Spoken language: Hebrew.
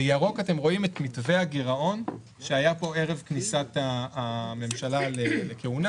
בירוק אתם רואים את מתווה הגירעון שהיה פה ערב כניסת הממשלה לכהונה.